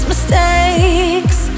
Mistakes